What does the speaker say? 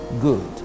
good